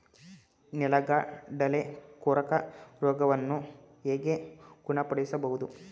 ನೆಲಗಡಲೆ ಕೊರಕ ರೋಗವನ್ನು ಹೇಗೆ ಗುಣಪಡಿಸಬಹುದು?